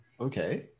Okay